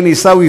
איתן כבל,